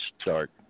start